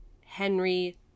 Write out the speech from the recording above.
Henry